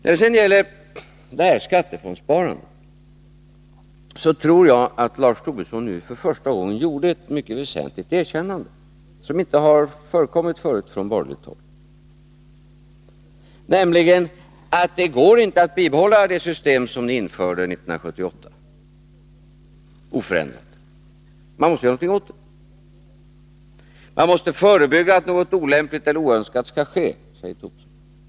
När det sedan gäller skattefondssparandet tror jag att Lars Tobisson för första gången gjorde ett väsentligt erkännande — något som inte har förekommit förut från borgerligt håll — nämligen att det inte går att bibehålla det system oförändrat som ni införde 1978. Man måste göra något åt det. Man måste förebygga att något olämpligt eller oönskat sker, säger Lars Tobisson.